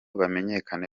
bamenyekane